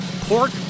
pork